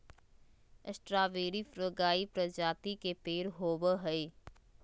strawberry फ्रगार्य प्रजाति के पेड़ होव हई